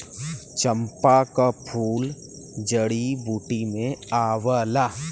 चंपा क फूल जड़ी बूटी में आवला